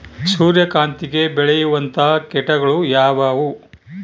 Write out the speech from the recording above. ಸೂರ್ಯಕಾಂತಿಗೆ ಬೇಳುವಂತಹ ಕೇಟಗಳು ಯಾವ್ಯಾವು?